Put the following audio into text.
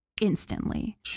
instantly